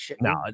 no